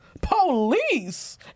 Police